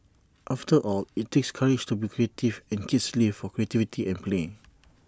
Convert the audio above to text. after all IT takes courage to be creative and kids live for creativity and play